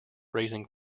raising